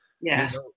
Yes